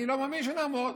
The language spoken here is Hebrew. אני לא מאמין שנעמוד,